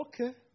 Okay